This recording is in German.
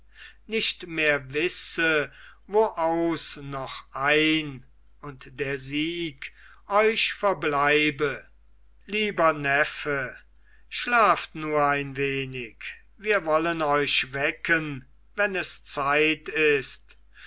nicht mehr wisse wo aus noch ein und der sieg euch verbleibe lieber neffe schlaft nur ein wenig wir wollen euch wecken wenn es zeit ist